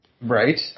Right